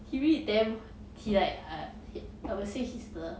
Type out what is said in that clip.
he really damn he like uh he I would say he's the